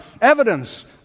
evidence